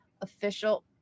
official